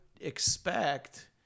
expect